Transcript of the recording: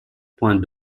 points